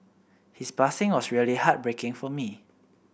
his passing was really heartbreaking for me